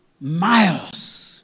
miles